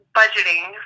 budgeting